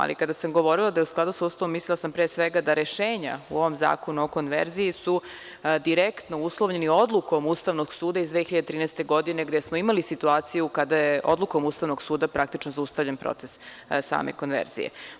Ali, kada sam govorila da je u skladu sa Ustavom, mislila sam pre svega da su rešenja u ovom Zakonu o konverziji direktno uslovljena odlukom Ustavnog suda iz 2013. godine, gde smo imali situaciju kada je odlukom Ustavnog suda praktično zaustavljen proces same konverzije.